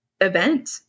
event